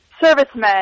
servicemen